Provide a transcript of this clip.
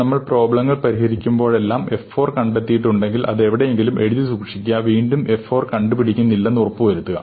നമ്മൾ പ്രോബ്ലങ്ങൾ പരിഹരിക്കുമ്പോഴെല്ലാം f 4 കണ്ടെത്തിയിട്ടുണ്ടെങ്കിൽ അത് എവിടെയെങ്കിലും എഴുതി സൂക്ഷിക്കുക വീണ്ടും f 4 കണ്ടുപിടിക്കുന്നില്ലെന്ന് ഉറപ്പാക്കുക